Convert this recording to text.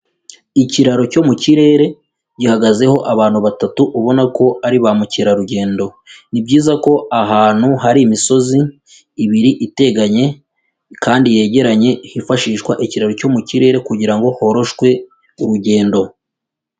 Ikiraro cyo mu kirere gihagazeho abantu batatu ubona ko ari ba mukerarugendo, ni byiza ko ahantu hari imisozi ibiri iteganye kandi yegeranye hifashishwa ikiraro cyo mu kirere kugira ngo horoshwe urugendo.